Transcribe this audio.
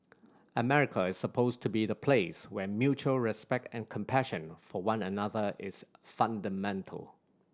America is supposed to be the place where mutual respect and compassion for one another is fundamental